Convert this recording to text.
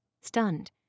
stunned